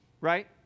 right